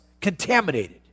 contaminated